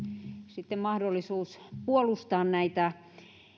sitten mahdollisuus puolustaa näitä